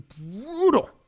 brutal